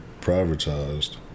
privatized